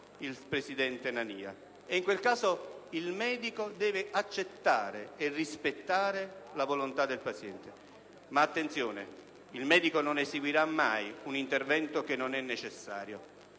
il presidente Nania; in quel caso il medico deve accettare e rispettare la volontà del paziente. Ma attenzione, il medico non eseguirà mai un intervento che non è necessario.